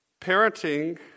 Parenting